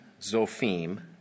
Zophim